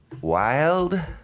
wild